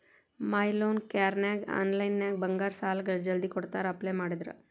ಮೈ loan ಕೇರನ್ಯಾಗ ಆನ್ಲೈನ್ನ್ಯಾಗ ಬಂಗಾರ ಸಾಲಾ ಜಲ್ದಿ ಕೊಡ್ತಾರಾ ಅಪ್ಲೈ ಮಾಡಿದ್ರ